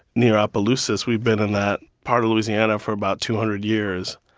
near opelousas, we've been in that part of louisiana for about two hundred years.